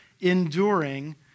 enduring